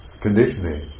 conditioning